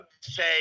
say